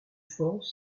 forth